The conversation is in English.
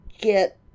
get